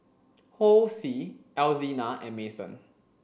Hosea Alzina and Mason